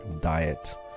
diet